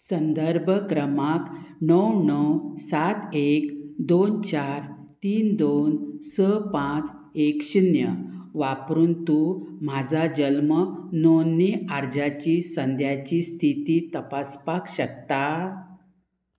संदर्भ क्रमांक णव णव सात एक दोन चार तीन दोन स पांच एक शुन्य वापरून तूं म्हाजो जल्म नोंदणी अर्जाची संद्याची स्थिती तपासपाक शकता